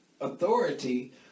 authority